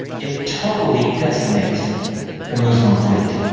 it totally decimates the muslim fleet.